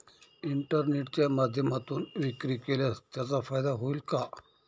इंटरनेटच्या माध्यमातून विक्री केल्यास त्याचा फायदा होईल का?